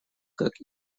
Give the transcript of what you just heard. как